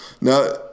Now